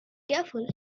careful